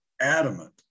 adamant